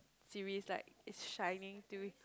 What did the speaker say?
series like it's shining through